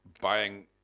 buying